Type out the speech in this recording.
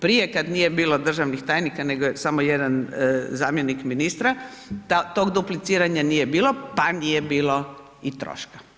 Prije kada nije bilo državnih tajnika, nego je samo, jedan zamjenik ministra, tog dupliciranja nije bilo, pa nije bilo ni troška.